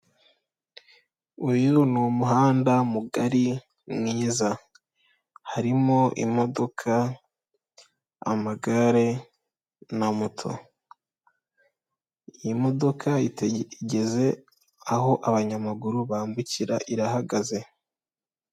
Uyu n'umuhanda mugari mwiza, harimo imodoka, amagare na moto, iyi modoka igeze aho abanyamaguru bambukira irahagaze.